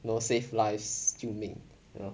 you know save lives 救命 you know